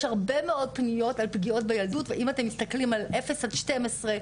יש הרבה מאוד פניות על פגיעות בילדות ואם אתם מסתכלים על אפס עד 12,